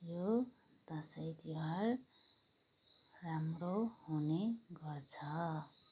यो दसैँ तिहार राम्रो हुने गर्छ